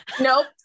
Nope